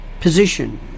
position